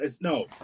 No